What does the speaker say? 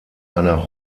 einer